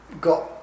got